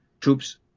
troops